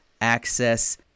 access